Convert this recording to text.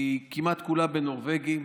היא כמעט כולה בנורבגי.